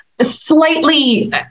slightly